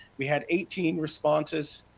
we had eighteen responses,